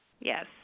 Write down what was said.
Yes